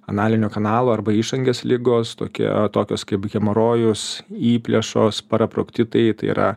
analinio kanalo arba išangės ligos tokie tokios kaip hemorojus įplėšos paraproktitai tai yra